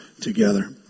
together